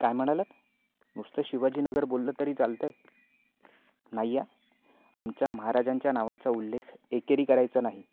काय म्हणालात नुसतं शिवाजीनगर बोललंत तरी चालतं आहे नाही हां आमच्या महाराजांच्या नावाचा उल्लेख एकेरी करायचा नाही